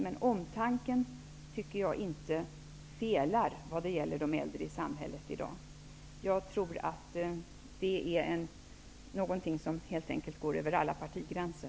Men omtanken felar inte vad gäller de äldre i samhället i dag. En sådan omtanke är något som helt enkelt går över alla partigränser.